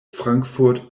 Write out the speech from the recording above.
frankfurt